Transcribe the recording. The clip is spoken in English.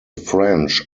french